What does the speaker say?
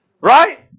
right